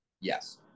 Yes